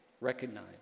recognize